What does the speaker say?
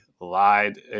lied